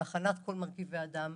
על הכנת כל מרכיבי הדם,